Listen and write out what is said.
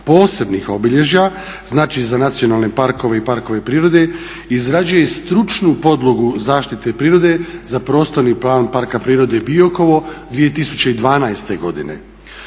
posebnih obilježja, znači za nacionalne parkove i parkove prirode, izrađuje stručnu podlogu zaštite prirode za prostorni plan Parka prirode Biokovo 2012. godine.